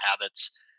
habits